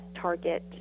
target